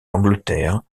l’angleterre